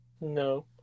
No